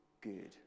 good